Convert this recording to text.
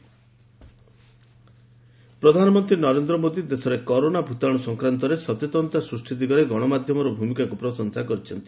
PM corona ପ୍ରଧାନମନ୍ତ୍ରୀ ନରେନ୍ଦ୍ର ମୋଦୀ ଦେଶରେ corona ଭୂତାଣୁ ସଂକ୍ରାନ୍ତରେ ସଚେତନତା ସୃଷ୍ଟି ଦିଗରେ ଗଣମାଧ୍ୟମର ଭୂମିକାକୁ ପ୍ରଶଂସା କରିଛନ୍ତି